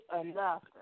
enough